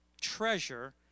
treasure